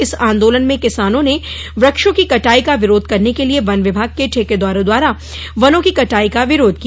इस आन्दोलन में किसानों ने वृक्षों की कटाई का विरोध करने के लिए वन विभाग के ठेकेदारों द्वारा वनों की कटाई का विरोध किया